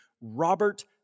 Robert